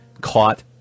caught